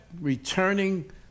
returning